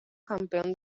campeón